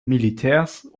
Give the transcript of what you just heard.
militärs